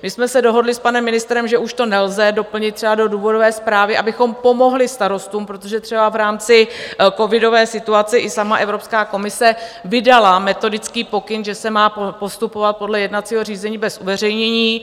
My jsme se dohodli s panem ministrem, že už to nelze doplnit třeba do důvodové zprávy, abychom pomohli starostům, protože třeba v rámci covidové situace i sama Evropská komise vydala metodický pokyn, že se má postupovat podle jednacího řízení bez uveřejnění.